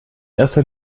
erster